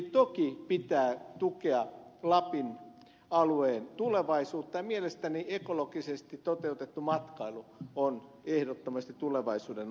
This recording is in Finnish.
toki pitää tukea lapin alueen tulevaisuutta ja mielestäni ekologisesti toteutettu matkailu on ehdottomasti tulevaisuuden asia siellä